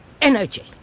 energy